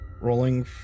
rolling